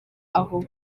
aho